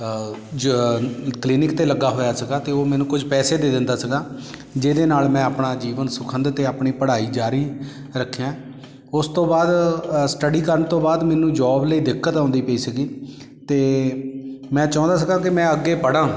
ਜ ਕਲੀਨਿਕ 'ਤੇ ਲੱਗਾ ਹੋਇਆ ਸੀਗਾ ਅਤੇ ਉਹ ਮੈਨੂੰ ਕੁਝ ਪੈਸੇ ਦੇ ਦਿੰਦਾ ਸੀਗਾ ਜਿਹਦੇ ਨਾਲ ਮੈਂ ਆਪਣਾ ਜੀਵਨ ਸੁਖੰਦ ਅਤੇ ਆਪਣੀ ਪੜ੍ਹਾਈ ਜਾਰੀ ਰੱਖੀਆਂ ਉਸ ਤੋਂ ਬਾਅਦ ਸਟੱਡੀ ਕਰਨ ਤੋਂ ਬਾਅਦ ਮੈਨੂੰ ਜੋਬ ਲਈ ਦਿੱਕਤ ਆਉਂਦੀ ਪਈ ਸੀਗੀ ਅਤੇ ਮੈਂ ਚਾਹੁੰਦਾ ਸੀਗਾ ਕਿ ਮੈਂ ਅੱਗੇ ਪੜ੍ਹਾਂ